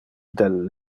del